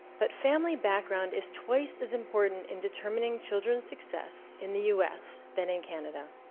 but family background is twice as important in determining children's success in the u. s. than in canada.